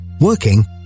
working